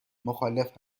مخالف